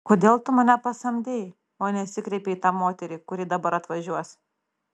kodėl tu mane pasamdei o nesikreipei į tą moterį kuri dabar atvažiuos